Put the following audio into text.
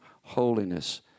holiness